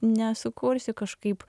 nesukursi kažkaip